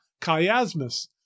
chiasmus